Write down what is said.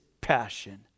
passion